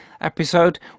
episode